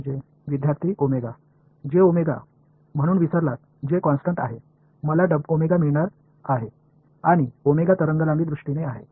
j எனவே j என்பது ஒரு நிலையானது என்பதை மறந்து விடுங்கள் நான் மற்றும் அலைநீளத்தின் அடிப்படையில் பெறப் போகிறேன்